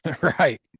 right